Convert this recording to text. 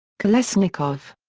kolesnikov.